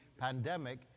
pandemic